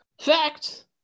Fact